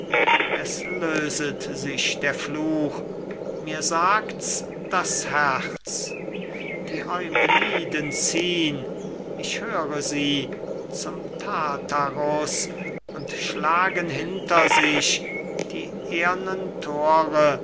es löset sich der fluch mir sagt's das herz die eumeniden ziehn ich höre sie zum tartarus und schlagen hinter sich die ehrnen thore